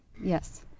Yes